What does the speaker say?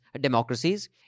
democracies